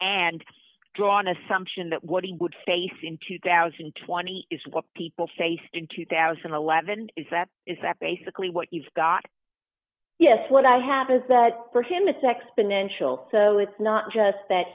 and drawn assumption that what he would face in two thousand and twenty is what people faced in two thousand and eleven is that is that basically what you've got yes what i have is that for him it's exponential so it's not just that